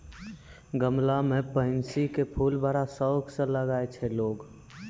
गमला मॅ पैन्सी के फूल बड़ा शौक स लगाय छै लोगॅ